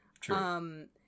True